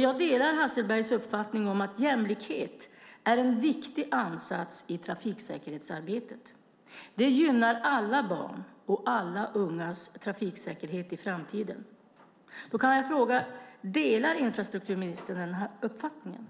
Jag delar Hasselbergs uppfattning att jämlikhet är en viktig ansats i trafiksäkerhetsarbetet. Det gynnar alla barns och alla ungas trafiksäkerhet i framtiden. Jag frågar: Delar infrastrukturministern den uppfattningen?